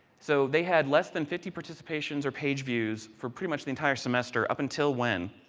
so they had less than fifty participations or page views for pretty much the entire semester up until when?